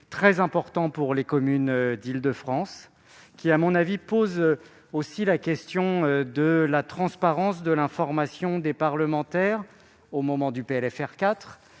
très important pour les communes d'Île-de-France. À mon avis, il pose aussi la question de la transparence de l'information donnée aux parlementaires au moment de